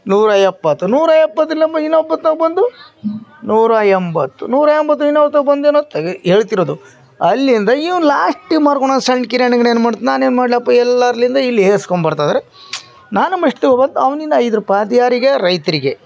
ನೂರ ಎಪ್ಪತ್ತು ನೂರ ಎಪ್ಪತ್ತು ಇಲ್ಲೊಬ್ಬ ಇನ್ನೊಬ್ಬನು ತಾವ ಬಂದು ನೂರಾ ಎಂಬತ್ತು ನೂರ ಎಂಬತ್ತು ಇನ್ನೊಬ್ಬ ತಾವ ಬಂದು ಏನು ತಗಿ ಹೇಳ್ತಿರೋದು ಅಲ್ಲಿಂದ ಇವನು ಲಾಸ್ಟಿಗೆ ಮಾರ್ಕೊಳೋದ್ ಸಣ್ಣ ಕಿರಾಣಿ ಅಂಗ್ಡಿನ ಏನು ಮಾಡ್ತ ನಾನೇನು ಮಾಡಲಪ್ಪ ಎಲ್ಲರಲಿಂದ ಇಲ್ಲಿ ಏರಿಸ್ಕೊಂಡ್ ಬರ್ತಾ ಇದಾರೆ ನಾನು ಮಷ್ಟು ಅವ ಅವನಿಂದ ಐದು ರುಪಾಯ್ ಅದು ಯಾರಿಗೆ ರೈತರಿಗೆ